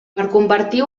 convertir